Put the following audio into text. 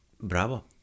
Bravo